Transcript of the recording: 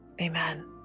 amen